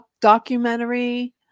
documentary